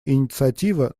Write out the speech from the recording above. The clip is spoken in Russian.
инициатива